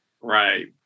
Right